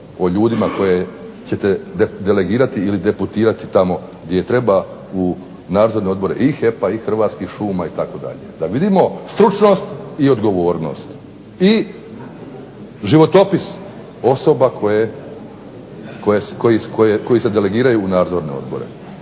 o ljudima koje ćete delegirati ili degutirati tamo gdje treba u nadzorne odbore i HEP-a i Hrvatskih šuma itd. da vidimo stručnost i odgovornost i životopis osoba koje se delegiraju u nadzorne odobre.